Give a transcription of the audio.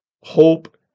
hope